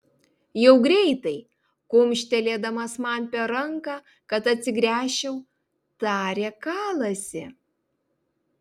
jau greitai kumštelėdamas man per ranką kad atsigręžčiau tarė kalasi